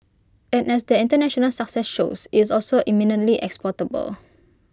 and as their International success shows it's also eminently exportable